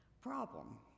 problem